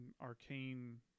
Arcane